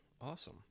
Awesome